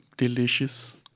Delicious